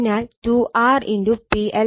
അതിനാൽ 2 R × PL2 VL2